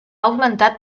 augmentat